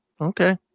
Okay